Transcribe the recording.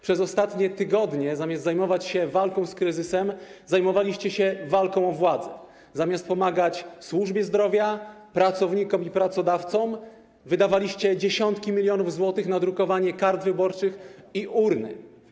Przez ostatnie tygodnie, zamiast zajmować się walką z kryzysem, zajmowaliście się walką o władzę, zamiast pomagać służbie zdrowia, pracownikom i pracodawcom, wydawaliście dziesiątki milionów złotych na drukowanie kart wyborczych i urny.